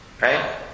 right